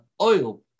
oil